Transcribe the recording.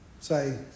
say